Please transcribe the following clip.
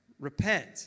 repent